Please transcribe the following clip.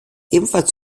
ebenfalls